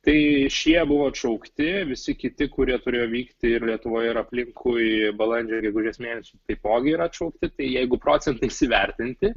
tai šie buvo atšaukti visi kiti kurie turėjo vykti ir lietuvoje ir aplinkui balandžio gegužės mėnesį taipogi yra atšaukti tai jeigu procentais įvertinti